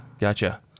gotcha